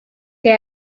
they